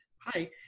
hi